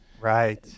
Right